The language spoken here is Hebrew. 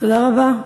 תודה רבה.